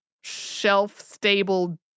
shelf-stable